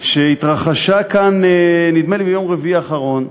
שהתרחשה כאן, נדמה לי ביום רביעי האחרון,